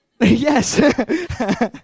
Yes